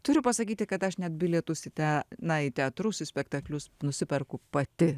turiu pasakyti kad aš net bilietus į tea na į teatrus į spektaklius nusiperku pati